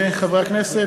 חברי הכנסת,